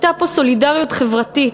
הייתה פה סולידריות חברתית.